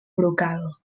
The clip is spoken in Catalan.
brocal